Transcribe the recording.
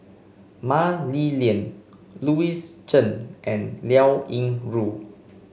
Mah Li Lian Louis Chen and Liao Yingru